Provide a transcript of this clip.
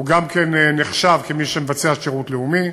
הוא גם כן נחשב מי שמבצע שירות לאומי.